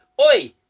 oi